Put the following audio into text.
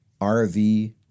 RV